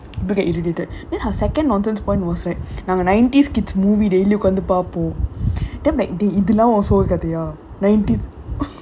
people get irritated then her second nonsense point was like the ninety's kids movie daily உட்கார்ந்து பார்ப்போம்:utkarnthu paarpom then I'm like இதுலாம்:idhulaam nineteenth